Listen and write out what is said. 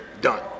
Done